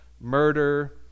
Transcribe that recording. murder